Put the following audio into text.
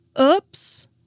Oops